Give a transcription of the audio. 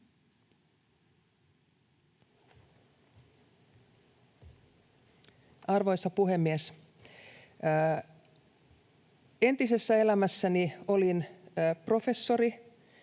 Arvoisa puhemies! Entisessä elämässäni olin professori,